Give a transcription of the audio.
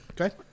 Okay